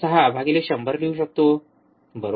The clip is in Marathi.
६ भागिले 100 लिहू शकतो बरोबर